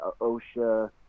OSHA